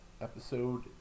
Episode